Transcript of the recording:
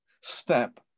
step